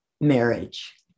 marriage